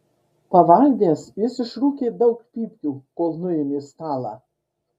pavalgęs jis išrūkė daug pypkių kol nuėmė stalą